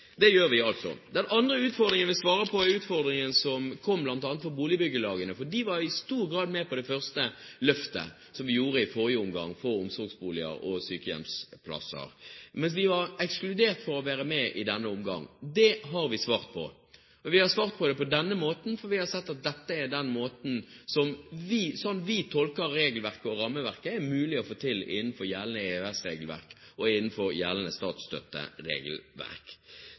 Det gjør vi altså. Den andre utfordringen vi svarer på, er utfordringen som kom bl.a. for boligbyggelagene. De var i stor grad med på det første løftet, som vi gjorde i forrige omgang for omsorgsboliger og sykehjemsplasser, mens de var ekskludert fra å være med i denne omgang. Det har vi svart på, og vi har svart på det på denne måten, for vi har sett at dette er den måten som – slik vi tolker regelverket og rammeverket – er mulig å få til innenfor gjeldende EØS-regelverk og